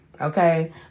Okay